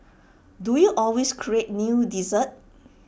do you always create new desserts